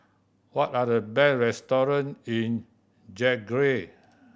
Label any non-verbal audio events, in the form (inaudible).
what are the (unintelligible) restaurants in Zagreb